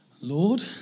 Lord